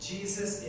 Jesus